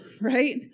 right